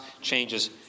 changes